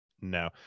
No